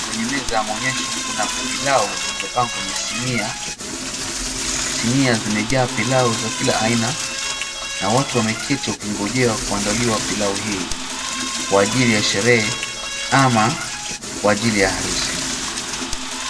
Kwenye meza ya muonyesho kuna pilau zilizopangwa kwenye sinia. Sinia zimejaa pilau za kila aina, na watu wameketi wakingojea kuandaliwa pilau hii kwa ajili ya sherehe ama kwa ajili ya harusi.